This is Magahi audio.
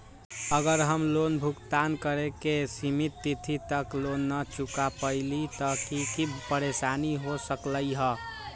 अगर हम लोन भुगतान करे के सिमित तिथि तक लोन न चुका पईली त की की परेशानी हो सकलई ह?